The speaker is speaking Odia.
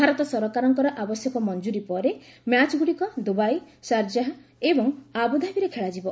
ଭାରତ ସରକାରଙ୍କର ଆବଶ୍ୟକ ମଂଜୁରୀ ପରେ ମ୍ୟାଚ୍ଗୁଡ଼ିକ ଦୁବାଇ ସାରଜାହ୍ ଏବଂ ଆବୁଧାବୀରେ ଖେଳାଯିବ